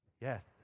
Yes